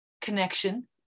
connection